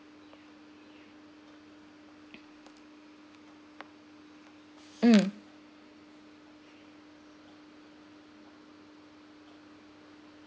mm